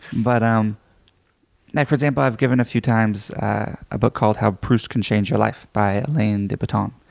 but um like for example, i've given a few times a book called how pruse can change your life, by elaine depatong.